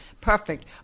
perfect